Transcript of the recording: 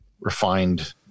refined